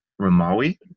Ramawi